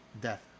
Death